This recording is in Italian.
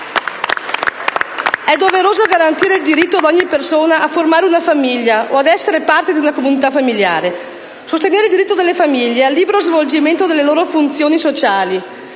È doveroso garantire il diritto di ogni persona a formare una famiglia o ad essere inserita in una comunità familiare, sostenere il diritto delle famiglie al libero svolgimento delle loro funzioni sociali,